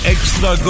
Extra